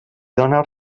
dóna